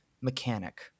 mechanic